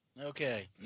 Okay